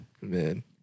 man